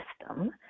system